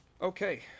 Okay